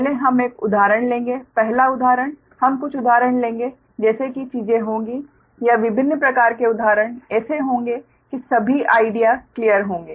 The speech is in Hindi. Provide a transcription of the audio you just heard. पहले हम एक उदाहरण लेंगे पहला उदाहरण हम कुछ उदाहरण लेंगे जैसे कि चीजें होंगी या विभिन्न प्रकार के उदाहरण ऐसे होंगे कि सभी आइडिया क्लियर होंगे